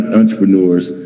entrepreneurs